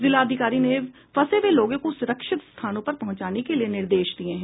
जिलाधिकारी ने फंसे हुए लोगों को सुरक्षित स्थानों पर पहुंचाने के लिये निर्देश दिये हैं